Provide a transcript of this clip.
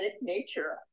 nature